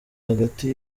hagati